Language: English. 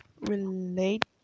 Relate